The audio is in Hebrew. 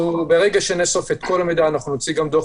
ברגע שנאסוף את כל המידע נוציא גם דו"ח